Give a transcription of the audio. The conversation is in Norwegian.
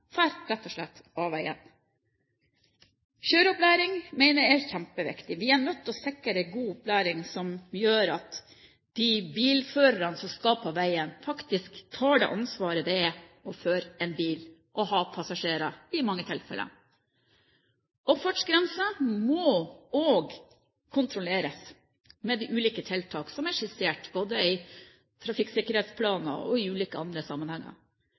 man rett og slett kjører av veien. Kjøreopplæring mener jeg er kjempeviktig. Vi er nødt til å sikre god opplæring som gjør at de bilførerne som skal på veien, faktisk tar det ansvaret det i mange tilfeller er å føre en bil og ha passasjerer. Fartsgrensen må også kontrolleres med ulike tiltak som er skissert både i trafikksikkerhetsplaner og i ulike andre